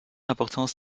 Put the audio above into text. importance